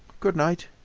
good-night.